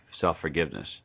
self-forgiveness